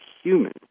human